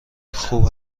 خوب